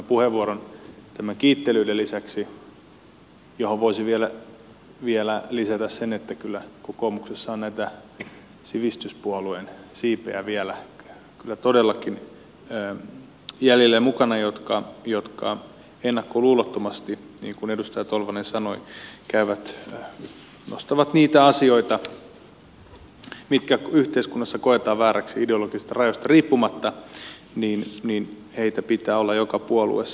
oikeastaan tähän puheenvuoroon näiden kiittelyiden lisäksi voisi vielä lisätä sen että kyllä kokoomuksessa on tätä sivistyspuolueen siipeä vielä kyllä todellakin jäljellä ja mukana jotka ennakkoluulottomasti niin kuin edustaja tolvanen sanoi nostavat niitä asioita mitkä yhteiskunnassa koetaan vääriksi ideologisista rajoista riippumatta ja heitä pitää olla joka puolueessa